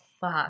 fuck